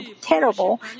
terrible